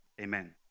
Amen